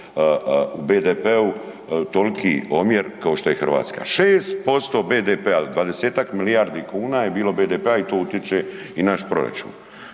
u BDP-u toliki omjer kao što je Hrvatska. 6% BDP-a, 20-tak milijardi kuna je bilo BDP-a i to utječe i na naš proračun.